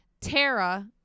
Tara